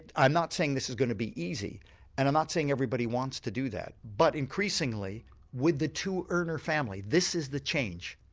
i'm not saying this is going to be easy and i'm not saying every body wants to do that but increasingly with the two earner family, this is the change.